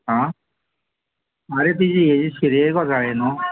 आरे ती जी हेजी स्किल्ले गो जाय न्हू